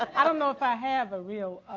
i don't know if i have a real